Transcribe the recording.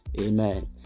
Amen